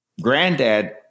granddad